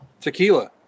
tequila